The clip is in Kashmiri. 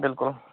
بالکل